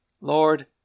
Lord